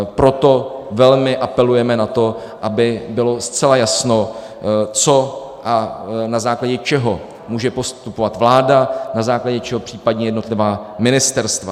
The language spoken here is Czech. Proto velmi apelujeme na to, aby bylo zcela jasno, na základě čeho může postupovat vláda, na základě čeho případně jednotlivá ministerstva.